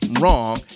wrong